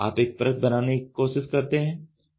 आप एक परत बनाने की कोशिश करते हैं